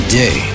day